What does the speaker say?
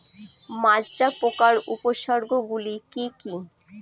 মাজরা পোকার উপসর্গগুলি কি কি?